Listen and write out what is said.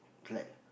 glad